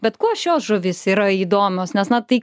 bet kuo šios žuvys yra įdomios nes na tai